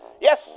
Yes